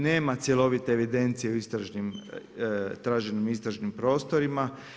Nema cjelovite evidencije u traženom istražnim prostorima.